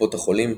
קופות החולים,